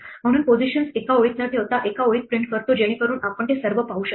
म्हणून पोझिशन्स एका ओळीत न ठेवता एका ओळीत प्रिंट करतो जेणेकरून आपण ते सर्व पाहू शकतो